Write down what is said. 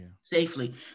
safely